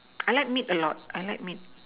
I like meat a lot I like meat